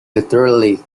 literally